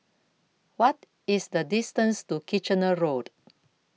What IS The distance to Kitchener Road